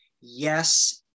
Yes